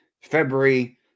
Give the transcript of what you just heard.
February